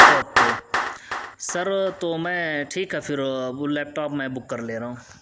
okay sir تو میں ٹھیک ہے پھر وہ لیپ ٹاپ میں بک کر لے رہا ہوں